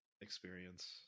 experience